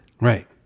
Right